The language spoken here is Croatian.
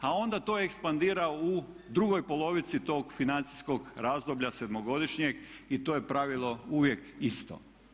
A onda to ekspandira u drugoj polovici tog financijskog razdoblja sedmogodišnjeg i to je pravilo uvijek isto.